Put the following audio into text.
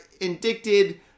indicted